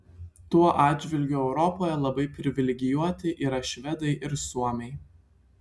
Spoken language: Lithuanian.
tuo atžvilgiu europoje labai privilegijuoti yra švedai ir suomiai